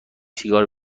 سیگار